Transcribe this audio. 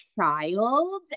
child